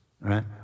right